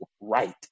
right